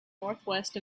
northwest